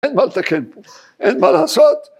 אין מה לתקן פה, אין מה לעשות